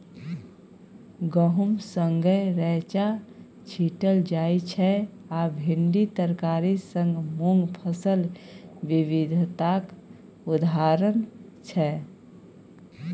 गहुम संगै रैंचा छीटल जाइ छै आ भिंडी तरकारी संग मुँग फसल बिबिधताक उदाहरण छै